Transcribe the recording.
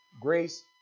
Grace